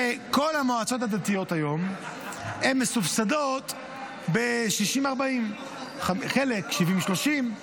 שכל המועצות הדתיות היום מסובסדות ב-40% 60%. חלק 30% 70%,